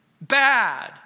bad